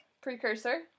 precursor